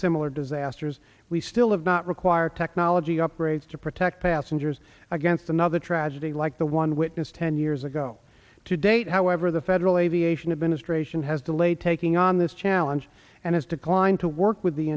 similar disasters we still have not require technology upgrades to protect passengers against another tragedy like the one witnessed ten years ago today however the federal aviation administration has delayed taking on this challenge and has declined to work with the